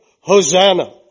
Hosanna